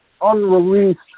unreleased